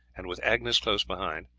and with agnes close behind,